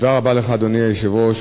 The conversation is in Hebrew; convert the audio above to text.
אדוני היושב-ראש,